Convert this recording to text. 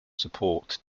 support